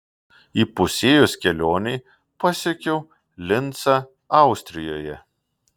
įpusėjus kelionei pasiekiau lincą austrijoje